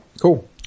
Cool